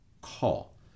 call